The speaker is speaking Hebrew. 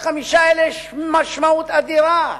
ולחמישה האלה יש משמעות אדירה.